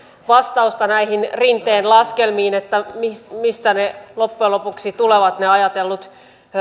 vastausta näihin rinteen laskelmiin mistä loppujen lopuksi tulevat ne ajatellut